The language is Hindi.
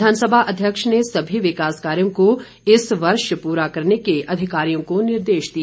विधानसभा अध्यक्ष ने सभी विकास कार्यों को इस वर्ष पूरा करने के अधिकारियों को निर्देश दिए